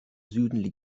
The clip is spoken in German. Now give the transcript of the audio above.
süden